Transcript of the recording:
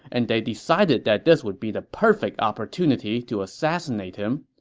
and they decided that this would be the perfect opportunity to assassinate him.